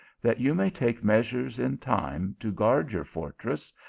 that you may take measures in time to guard your fortress,